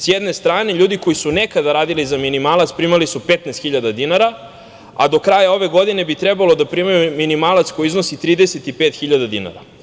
S jedne strane, ljudi koji su nekada radili za minimalac primali su 15 hiljada dinara, a do kraja ove godine bi trebalo da primaju minimalac koji iznosi 35 hiljada dinara.